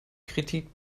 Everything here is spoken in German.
kritik